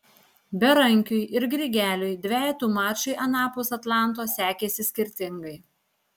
berankiui ir grigeliui dvejetų mačai anapus atlanto sekėsi skirtingai